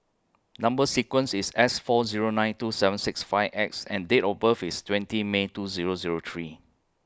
Number sequence IS S four Zero nine two seven six five X and Date of birth IS twenty May two Zero Zero three